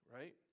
right